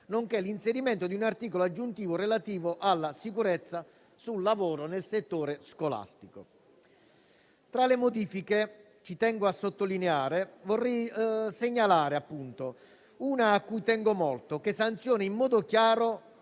nonché l'inserimento di un articolo aggiuntivo relativo alla sicurezza sul lavoro nel settore scolastico. Tra le modifiche vorrei segnalarne una a cui tengo molto, che sanziona in modo chiaro